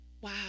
Wow